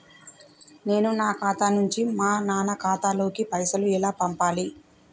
నేను నా ఖాతా నుంచి మా నాన్న ఖాతా లోకి పైసలు ఎలా పంపాలి?